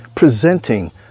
presenting